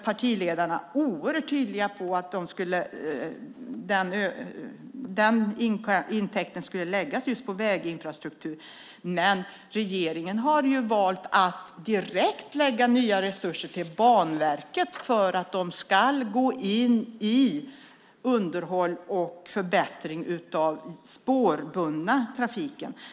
Partiledarna var oerhört tydliga med att säga att intäkterna från trängselskatterna skulle läggas på just väginfrastruktur. Men regeringen har ju valt att direkt lägga nya resurser till Banverket för att de ska gå in med underhåll och förbättring av den spårbundna trafiken.